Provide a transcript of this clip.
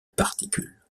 particule